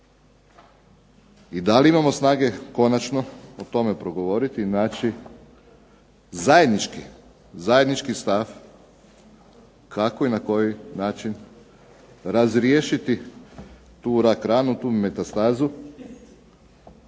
I da li imamo snage konačno o tome progovoriti i naći zajednički stav kako i na koji način razriješiti tu rak-ranu, tu metastazu